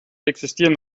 existieren